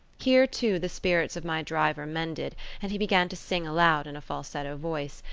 here, too, the spirits of my driver mended, and he began to sing aloud in a falsetto voice,